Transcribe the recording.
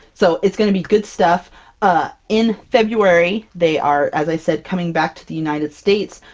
so, it's gonna be good stuff! ah in february they are, as i said, coming back to the united states.